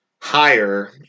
higher